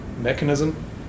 mechanism